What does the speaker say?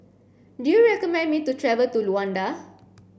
do you recommend me to travel to Luanda